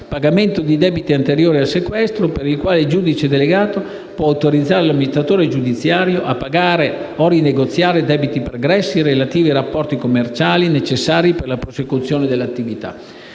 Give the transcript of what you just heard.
(pagamento di debiti anteriori al sequestro), per il quale il giudice delegato può autorizzare l'amministratore giudiziario a pagare o rinegoziare debiti pregressi relativi a rapporti commerciali necessari per la prosecuzione dell'attività.